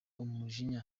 umujinya